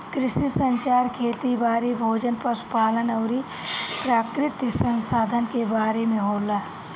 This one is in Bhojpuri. कृषि संचार खेती बारी, भोजन, पशु पालन अउरी प्राकृतिक संसधान के बारे में होला